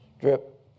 Drip